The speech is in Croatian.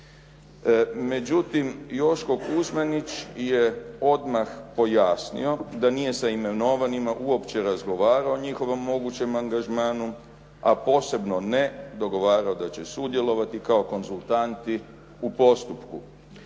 Međutim, Joško Kuzmanić je odmah pojasnio da nije sa imenovanima uopće razgovarao o njihovom mogućem angažmanu a posebno ne dogovarao da će sudjelovati kao konzultanti u postupku.